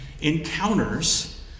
encounters